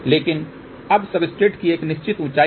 लेकिन अब सब्सट्रेट की एक निश्चित ऊंचाई है